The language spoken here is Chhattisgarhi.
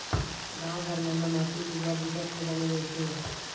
गाँव घर मन म माटी के घर बिकट के बने रहिथे